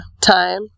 Time